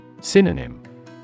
Synonym